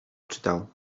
czytał